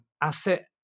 asset